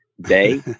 day